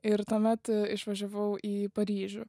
ir tuomet išvažiavau į paryžių